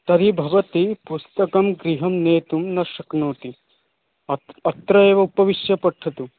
तर्हि भवती पुस्तकं गृहं नेतुं न शक्नोति अत्र् अत्र एव उपविश्य पठतु